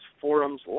forums